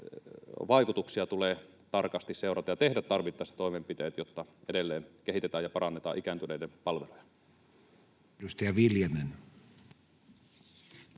vaikutuksia tulee tarkasti seurata ja tehdä tarvittaessa toimenpiteet, jotta edelleen kehitetään ja parannetaan ikääntyneiden palveluja.